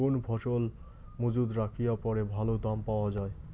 কোন ফসল মুজুত রাখিয়া পরে ভালো দাম পাওয়া যায়?